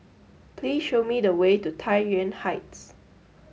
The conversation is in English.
please show me the way to Tai Yuan Heights